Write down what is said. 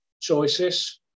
choices